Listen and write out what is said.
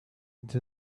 into